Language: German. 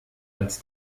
als